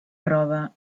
roba